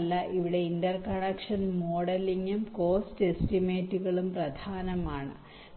അതിനാൽ ഇവിടെ ഇന്റർകണക്ഷൻ മോഡലിംഗും കോസ്റ് എസ്റ്റിമേറ്റുകളും പ്രധാനമാണ്